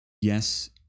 yes